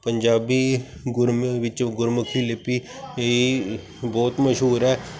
ਪੰਜਾਬੀ ਗੁਰਮਤਿ ਵਿੱਚੋਂ ਗੁਰਮੁਖੀ ਲਿਪੀ ਵੀ ਬਹੁਤ ਮਸ਼ਹੂਰ ਹੈ